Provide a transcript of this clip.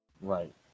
Right